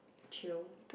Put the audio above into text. chill